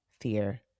fear